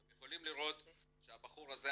אתם יכולים לראות שהבחור הזה,